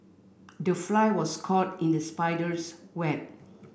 the fly was caught in the spider's web